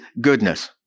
goodness